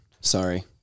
Sorry